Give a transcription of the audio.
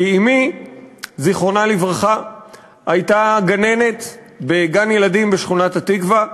כי אמי זיכרונה לברכה הייתה גננת בגן-ילדים בשכונת-התקווה,